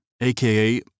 aka